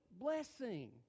blessing